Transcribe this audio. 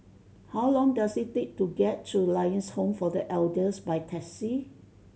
how long does it take to get to Lions Home for The Elders by taxi